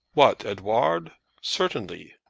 what? edouard certainly